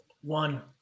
One